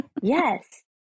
Yes